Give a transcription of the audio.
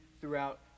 throughout